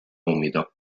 umido